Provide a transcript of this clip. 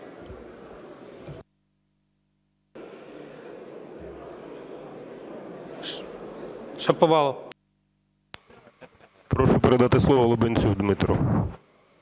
Прошу передати слово Лубінцю Дмитру.